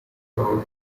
flowed